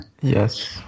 Yes